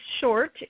short